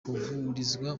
kuvurizwa